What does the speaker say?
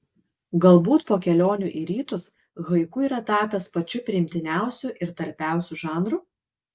galbūt po kelionių į rytus haiku yra tapęs pačiu priimtiniausiu ir talpiausiu žanru